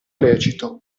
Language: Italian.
lecito